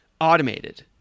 automated